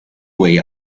way